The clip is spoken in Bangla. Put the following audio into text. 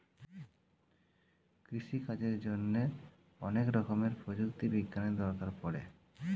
কৃষিকাজের জন্যে অনেক রকমের প্রযুক্তি বিজ্ঞানের দরকার পড়ে